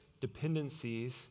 dependencies